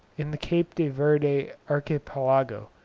in the cape de verde archipelago,